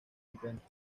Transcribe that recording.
encuentro